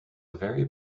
very